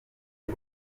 uru